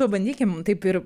pabandykim taip ir